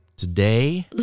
Today